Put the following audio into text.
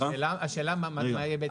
החנייה.